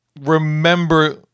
remember